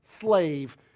slave